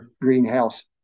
greenhouse